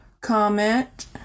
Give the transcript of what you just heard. comment